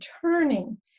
Turning